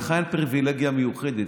לך אין פריבילגיה מיוחדת,